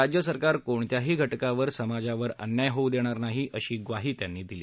राज्य सरकार कोणत्याही घटकावर समाजावर अन्याय होऊ देणार नाही अशी ग्वाही त्यांनी दिली